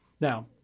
Now